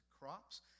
crops